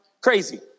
crazy